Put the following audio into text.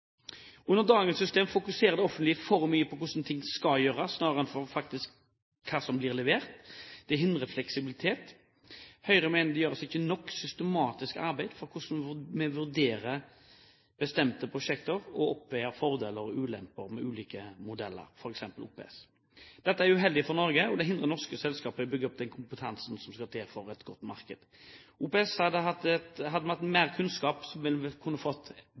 Under dagens system fokuserer det offentlige for mye på hvordan ting skal gjøres, snarere enn hva som faktisk blir levert. Det hindrer fleksibilitet. Høyre mener det ikke gjøres nok systematisk arbeid for å vurdere hvordan man ved bestemte prosjekter kan veie fordeler og ulemper ved ulike modeller, f.eks. OPS. Dette er uheldig for Norge. Det hindrer norske selskaper i å bygge opp den kompetansen som skal til for et godt marked. Hadde vi hatt mer kunnskap om OPS, kunne vi fått